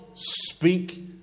Speak